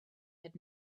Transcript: had